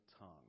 tongue